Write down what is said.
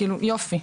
יופי.